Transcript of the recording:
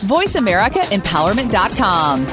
VoiceAmericaEmpowerment.com